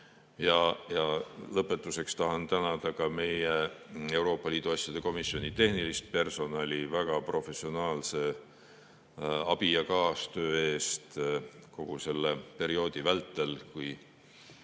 Lõpetuseks tahan tänada ka meie Euroopa Liidu asjade komisjoni tehnilist personali väga professionaalse abi ja kaastöö eest kogu selle perioodi vältel, kui